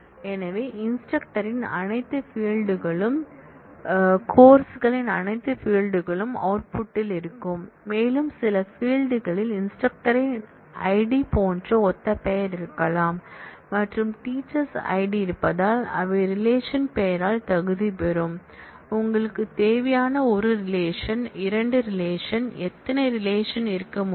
எனவே இன்ஸ்டிரக்டரின் அனைத்து ஃபீல்ட் களும் கோர்ஸ் களின் அனைத்து ஃபீல்ட் களும் அவுட்புட்டில் இருக்கும் மேலும் சில ஃபீல்ட் களில் இன்ஸ்டிரக்டரின்ஐடி போன்ற ஒத்த பெயர் இருக்கலாம் மற்றும் டீச்சர்ஸ் ஐடி இருப்பதால் அவை ரிலேஷன் பெயரால் தகுதிபெறும் உங்களுக்கு தேவையான 1 ரிலேஷன் 2 ரிலேஷன் எத்தனை ரிலேஷன் இருக்க முடியும்